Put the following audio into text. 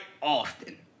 often